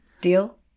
Deal